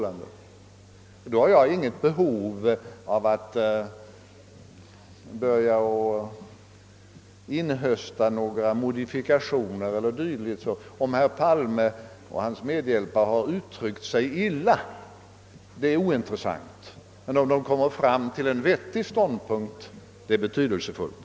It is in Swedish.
Då har jag intet behov av att söka inhösta att det skett modifikationer eller dylikt. Om herr Palme och hans medhjälpare i propositionen har uttryckt sig illa är ointressant, men om de kommer fram till en vettig ståndpunkt är det betydelsefullt.